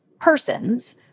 persons